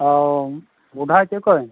ᱚᱸ ᱜᱚᱰᱟ ᱪᱮ ᱚᱠᱚᱭ